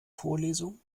vorlesung